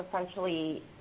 essentially